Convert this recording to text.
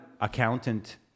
accountant